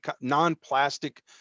non-plastic